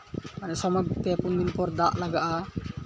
ᱥᱚᱢᱚᱭ ᱯᱮ ᱯᱩᱱ ᱫᱤᱱ ᱯᱚᱨᱮ ᱫᱟᱜ ᱞᱟᱜᱟᱜᱼᱟ